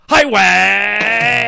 Highway